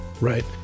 Right